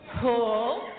cool